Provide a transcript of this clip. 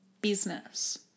Business